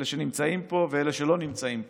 אלה שנמצאים פה ואלה שלא נמצאים פה,